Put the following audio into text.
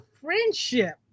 friendship